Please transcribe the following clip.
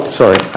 sorry